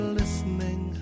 listening